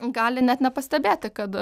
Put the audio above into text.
gali net nepastebėti kad